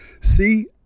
See